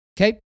Okay